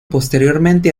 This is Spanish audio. posteriormente